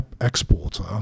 exporter